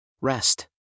Rest